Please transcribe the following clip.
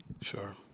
Sure